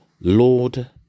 Lord